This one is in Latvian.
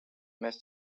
mēs